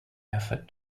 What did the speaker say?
effort